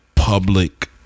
Public